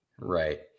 Right